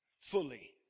fully